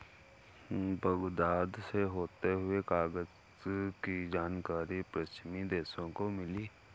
Baghdad से होते हुए कागज की जानकारी पश्चिमी देशों को मिली